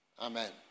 amen